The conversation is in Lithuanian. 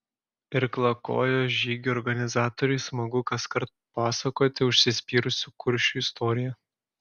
irklakojo žygių organizatoriui smagu kaskart pasakoti užsispyrusių kuršių istoriją